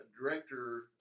director